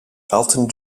elton